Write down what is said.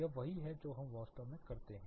यह वही है जो हम वास्तव में करते हैं